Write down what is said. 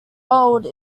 old